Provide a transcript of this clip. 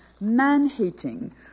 man-hating